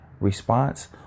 response